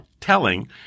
telling